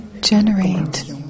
generate